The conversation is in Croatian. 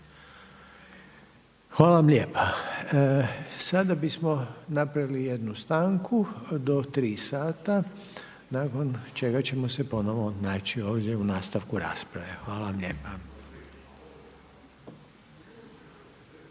Hvala vam lijepa. Sada bismo napravili jednu stanku do tri sata nakon čega ćemo se ponovno naći ovdje u nastavku rasprave. Hvala vam lijepa.